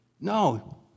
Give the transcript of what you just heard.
No